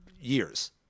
years